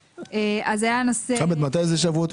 הנושאים שנשארו זה ככה,